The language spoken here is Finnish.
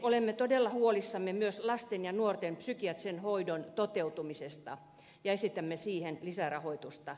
olemme todella huolissamme myös lasten ja nuorten psykiatrisen hoidon toteutumisesta ja esitämme siihen lisärahoitusta